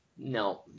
No